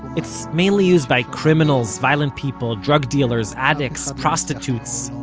it's mainly used by criminals, violent people, drug dealers, addicts, prostitutes,